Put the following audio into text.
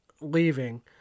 leaving